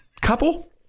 couple